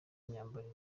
myambaro